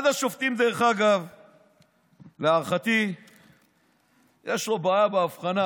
אחד השופטים, להערכתי יש לו בעיה בהבחנה.